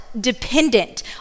dependent